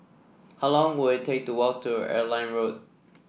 how long will it take to walk to Airline Road